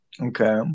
okay